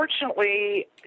Unfortunately